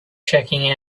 checking